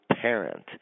parent